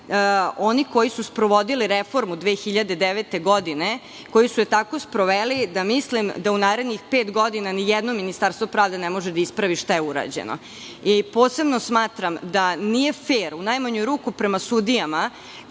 Oni koji su sprovodili reformu 2009. godine, koji su je tako sproveli da mislim da u narednih pet godina nijedno Ministarstvo pravde ne može da ispravi šta je urađeno. Posebno smatram da nije fer, u najmanju ruku prema sudijama